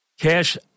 Cash